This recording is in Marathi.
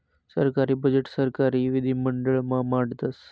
सरकारी बजेट सरकारी विधिमंडळ मा मांडतस